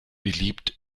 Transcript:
beliebt